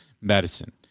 medicine